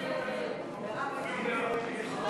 לשנת התקציב 2015, בדבר תוספת תקציב לא נתקבלו.